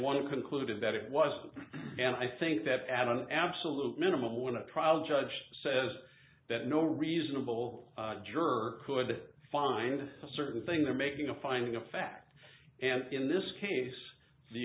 one concluded that it was and i think that an absolute minimum went to trial judge says that no reasonable juror could find a certain thing there making a finding of fact and in this case the